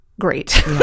great